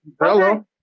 hello